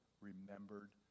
remembered